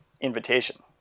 invitation